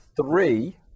three